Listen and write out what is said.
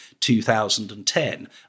2010